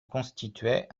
constituaient